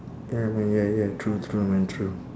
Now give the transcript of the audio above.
ya man ya ya true true man true